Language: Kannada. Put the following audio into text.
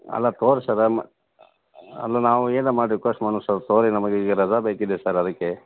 ಅಲ್ಲ ತೋರ್ಸದು ಮ ಅಲ್ಲ ನಾವು ಏನು ಮಾಡಿ ರಿಕ್ವೆಸ್ಟ್ ಮಾಡ್ಬೇಕು ಸರ್ ತಗೋಳ್ಳಿ ನಮಗೆ ಈಗ ರಜಾ ಬೇಕಿದೆ ಸರ್ ಅದಕ್ಕೆ